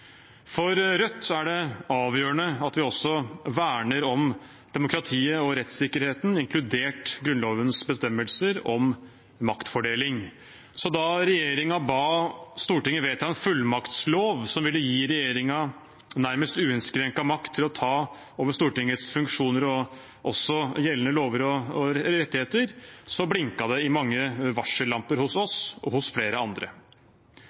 For Rødt er det avgjørende at vi også verner om demokratiet og rettssikkerheten, inkludert Grunnlovens bestemmelser om maktfordeling. Da regjeringen ba Stortinget vedta en fullmaktslov som ville gi regjeringen nærmest uinnskrenket makt til å ta over Stortingets funksjoner og også gjeldende lover og rettigheter, blinket det i mange varsellamper hos oss og hos flere andre.